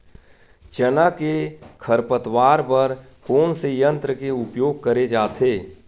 चना के खरपतवार बर कोन से यंत्र के उपयोग करे जाथे?